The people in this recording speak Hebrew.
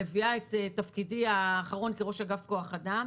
מביאה את תפקידי האחרון כראש אגף כוח אדם,